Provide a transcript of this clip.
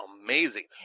amazing